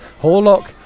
Horlock